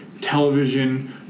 television